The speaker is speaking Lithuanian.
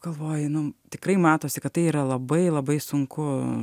galvoji nu tikrai matosi kad tai yra labai labai sunku